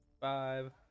five